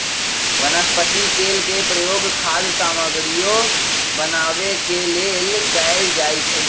वनस्पति तेल के प्रयोग खाद्य सामगरियो बनावे के लेल कैल जाई छई